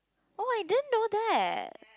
oh I didn't know that